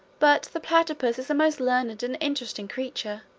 but the platypus is a most learned and interesting creature,